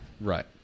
Right